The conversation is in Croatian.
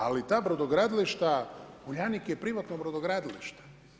Ali ta brodogradilišta Uljanik je privatno brodogradilište.